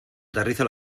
aterriza